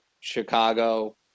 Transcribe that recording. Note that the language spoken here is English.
Chicago